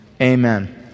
Amen